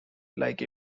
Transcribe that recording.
like